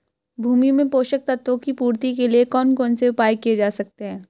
भूमि में पोषक तत्वों की पूर्ति के लिए कौन कौन से उपाय किए जा सकते हैं?